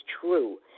true